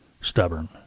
stubborn